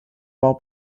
bau